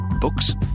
Books